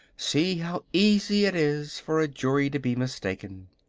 see how easy it is for a jury to be mistaken.